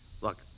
look